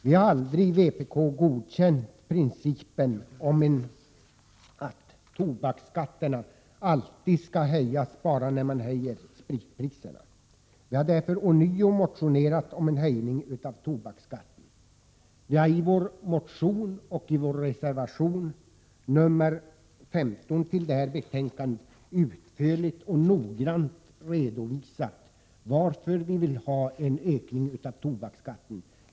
Vi har aldrig i vpk godkänt principen att tobaksskatterna skall höjas bara när man höjer spritpriserna. Därför har vi ånyo motionerat om en höjning av tobaksskatten. I vår motion och i vår reservation nr 15 till detta betänkande har vi utförligt och noggrant redovisat varför vi vill ha en höjning av tobaksskatten.